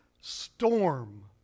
storm